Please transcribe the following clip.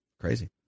Crazy